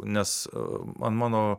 nes ant mano